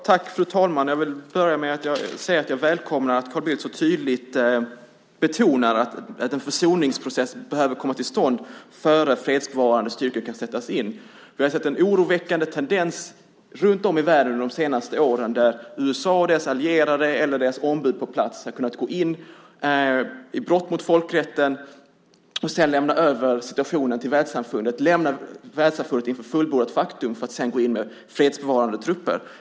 Fru talman! Jag välkomnar att Carl Bildt så tydligt betonar att en försoningsprocess behöver komma till stånd innan fredsbevarande styrkor kan sättas in. Vi har sett en oroväckande tendens runtom i världen de senaste åren där USA och dess allierade eller dess ombud på plats har kunnat gå in i brott mot folkrätten och lämna över situationen till världssamfundet. Man har lämnat världssamfundet inför fullbordat faktum för att sedan gå in med fredsbevarande trupper.